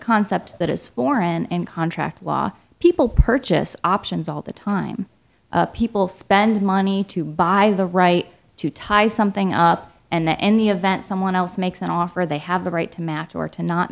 concept that is foreign and contract law people purchase options all the time people spend money to buy the right to tie something up and the event someone else makes an offer they have the right to match or to not